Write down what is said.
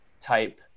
type